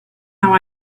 how